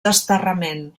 desterrament